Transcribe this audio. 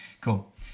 Cool